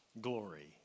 glory